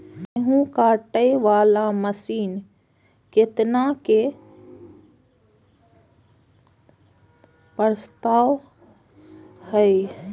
गेहूँ काटे वाला मशीन केतना के प्रस्ताव हय?